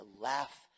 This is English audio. laugh